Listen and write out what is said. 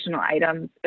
items